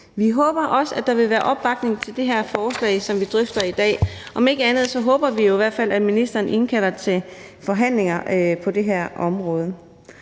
Vi håber også, at der vil være opbakning til det her forslag, som vi drøfter i dag; om ikke andet håber vi jo i hvert fald, at ministeren indkalder til forhandlinger på det her område.